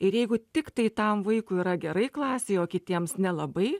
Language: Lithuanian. ir jeigu tiktai tam vaikui yra gerai klasėje o kitiems nelabai